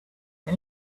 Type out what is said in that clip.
can